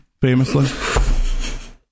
famously